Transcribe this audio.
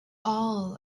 all